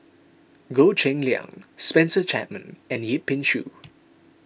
Goh Cheng Liang Spencer Chapman and Yip Pin Xiu